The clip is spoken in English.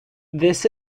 this